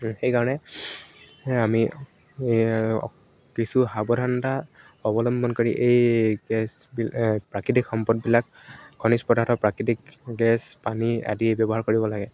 সেইকাৰণে আমি কিছু সাৱধানতা অৱলম্বন কৰি এই গেছবিলাকৃতিক সম্পদবিলাক ঘণি পদাৰ্থক প্ৰাকৃতিক গেছ পানী আদি ব্যৱহাৰ কৰিব লাগে